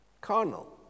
Carnal